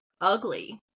ugly